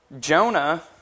Jonah